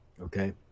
Okay